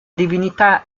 divinità